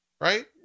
right